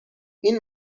این